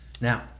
Now